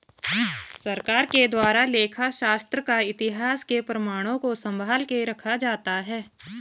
सरकार के द्वारा लेखा शास्त्र का इतिहास के प्रमाणों को सम्भाल के रखा जाता है